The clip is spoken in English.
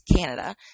Canada